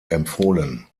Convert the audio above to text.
empfohlen